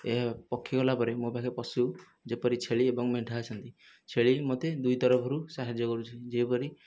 ଏହା ପକ୍ଷୀ ଗଲା ପରେ ମୋ ପାଖରେ ପଶୁ ଯେପରି ଛେଳି ଏବଂ ମେଣ୍ଢା ଅଛନ୍ତି ଛେଳି ମୋତେ ଦୁଇ ତରଫରୁ ସାହାଯ୍ୟ କରୁଛି ଯେଉଁପରି